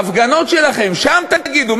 בהפגנות שלכם, שם תגידו.